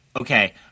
okay